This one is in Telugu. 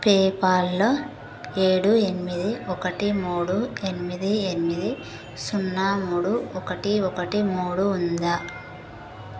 పేపాల్లో ఏడు ఎనిమిది ఒకటి మూడు ఎనిమిది ఎనిమిది సున్నా మూడు ఒకటి ఒకటి మూడు ఉందా